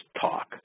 talk